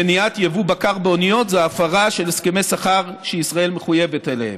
מניעת יבוא בקר באוניות זו הפרה של הסכמי סחר שישראל מחויבת אליהם.